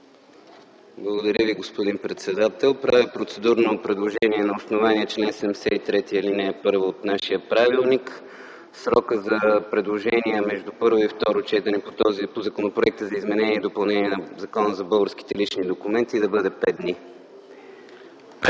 Уважаеми господин председател, правя процедурно предложение на основание чл. 73, ал. 1 от нашия правилник срокът за предложения между първо и второ четене по Законопроекта за изменение и допълнение на Закона за българските лични документи да бъде 5 дни.